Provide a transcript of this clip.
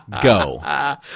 Go